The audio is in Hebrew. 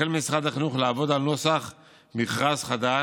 החל משרד החינוך לעבוד על נוסח מכרז חדש,